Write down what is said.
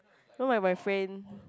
no my my friend